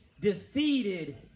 defeated